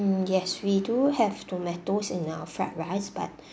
um yes we do have tomatoes in our fried rice but